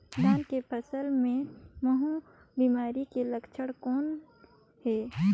धान के फसल मे महू बिमारी के लक्षण कौन हे?